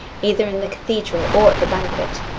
either in the cathedral or at the banquet,